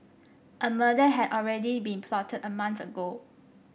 a murder had already been plotted a month ago